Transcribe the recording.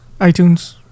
iTunes